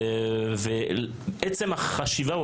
עצם החשיבה,